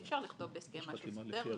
אי אפשר לכתוב בהסכם מה שחסר לו,